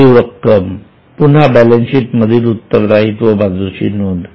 राखीव रक्कम पुन्हा बॅलन्स शीट मधील उत्तरदायित्व बाजूची नोंद